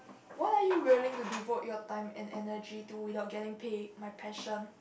what are you willing to devote your time and energy to without getting paid my passion